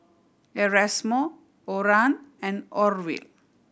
Erasmo Oran and Orville